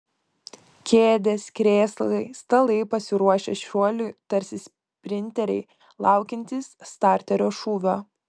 kėdės krėslai stalai pasiruošę šuoliui tarsi sprinteriai laukiantys starterio šūvio